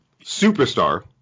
Superstar